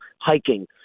hiking